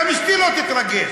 גם אשתי לא תתרגש,